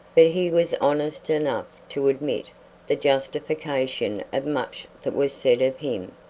but he was honest enough to admit the justification of much that was said of him.